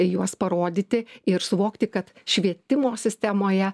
juos parodyti ir suvokti kad švietimo sistemoje